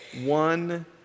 one